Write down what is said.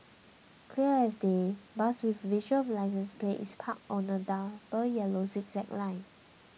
clear as day bus with visible licence plate is parked on a double yellow zigzag line